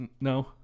no